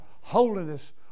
holiness